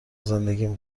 زندگیم